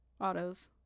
autos